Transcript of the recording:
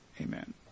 amen